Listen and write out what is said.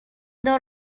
دار